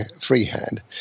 freehand